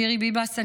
שירי ביבס,